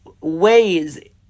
ways